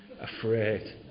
afraid